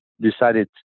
decided